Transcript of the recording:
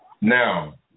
Now